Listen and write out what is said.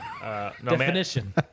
Definition